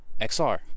XR